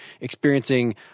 experiencing